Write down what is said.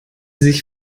sich